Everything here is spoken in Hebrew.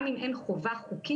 גם אם אין חובה חוקית